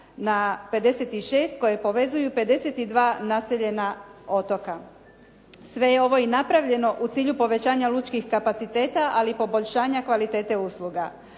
na 56 koje povezuju 52 naseljena otoka. Sve je ovo i napravljeno u cilju povećanja lučkih kapaciteta, ali i poboljšanja kvalitete usluga.